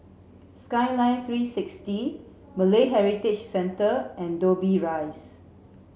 Skyline three six T Malay Heritage Centre and Dobbie Rise